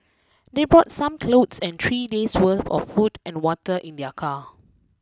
they brought some clothes and three days worth of food and water in their car